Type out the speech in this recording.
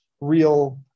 real